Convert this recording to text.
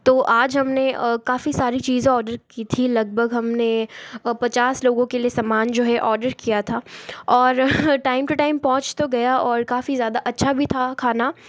तो आज हमने काफ़ी सारी चीज़ें ऑर्डर की थी लगभग हमने पचास लोगों के लिए समान जो है ऑर्डर किया था और टाइम टू टाइम पहुँच तो गया और काफ़ी ज़्यादा अच्छा भी था खाना